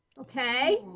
okay